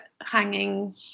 hanging